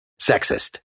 sexist